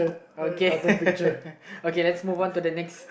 okay okay let's move on to the next